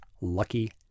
Lucky